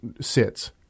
sits